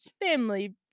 Family